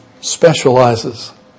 specializes